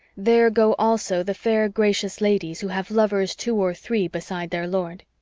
there go also the fair gracious ladies who have lovers two or three beside their lord.